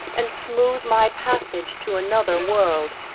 and smooth my passage to another world.